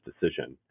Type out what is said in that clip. decision